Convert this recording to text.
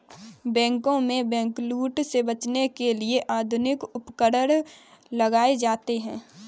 बैंकों में बैंकलूट से बचने के लिए आधुनिक उपकरण लगाए जाते हैं